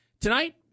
tonight